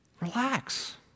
Relax